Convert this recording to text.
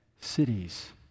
cities